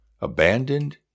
abandoned